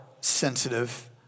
sensitive